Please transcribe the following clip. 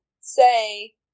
say